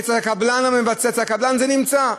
אצל הקבלן זה נמצא.